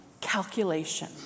calculation